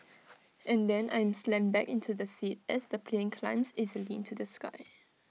and then I'm slammed back into the seat as the plane climbs easily into the sky